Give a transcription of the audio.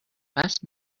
best